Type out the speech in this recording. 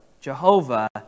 Jehovah